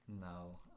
no